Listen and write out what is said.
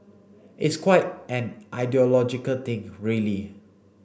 it's quite an ideological thing really